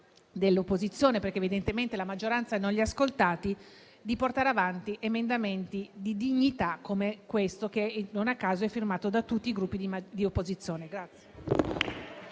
dell'opposizione (perché evidentemente la maggioranza non li ha ascoltati) di portare avanti emendamenti di dignità come questo, che non a caso è firmato da tutti i Gruppi di opposizione.